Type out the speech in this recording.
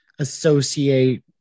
associate